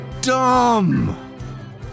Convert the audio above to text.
dumb